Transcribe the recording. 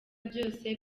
byose